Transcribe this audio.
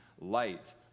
light